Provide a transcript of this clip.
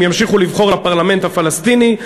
הם ימשיכו לבחור לפרלמנט הפלסטיני,